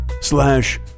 slash